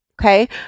Okay